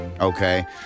Okay